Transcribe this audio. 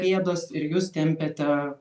pėdos ir jūs tempiate